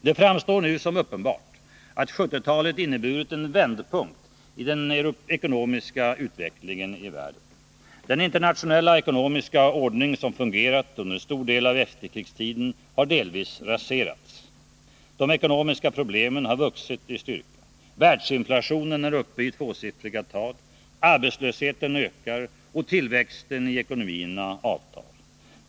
Det framstår nu som uppenbart att 1970-talet inneburit en vändpunkt i den ekonomiska utvecklingen i världen. Den internationella ekonomiska ordning som fungerat under en stor del av efterkrigstiden har delvis raserats. De ekonomiska problemen har vuxit i styrka. Världsinflationen är uppe i tvåsiffriga tal, arbetslösheten ökar och tillväxten i ekonomierna avtar.